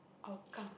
hougang